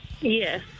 Yes